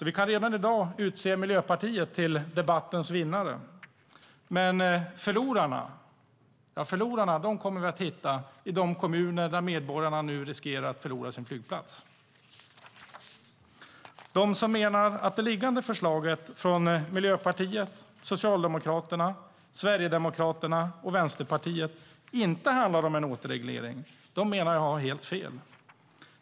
Vi kan redan i dag utse Miljöpartiet till debattens vinnare. Förlorarna kommer vi att hitta i de kommuner där medborgarna nu riskerar att förlora sin flygplats. De som menar att det liggande förslaget från Miljöpartiet, Socialdemokraterna, Sverigedemokraterna och Vänsterpartiet inte handlar om en återreglering har enligt min mening helt fel.